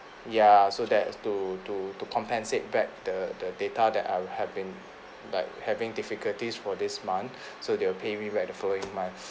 ya so that to to to compensate back the the data that I have been like having difficulties for this month so they'll pay me back the following month